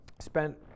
spent